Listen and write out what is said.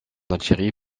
algérie